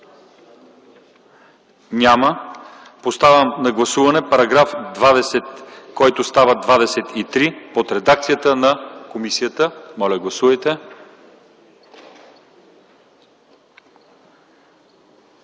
Няма. Поставям на гласуване § 20, който става § 23 под редакцията на комисията. Моля, гласувайте.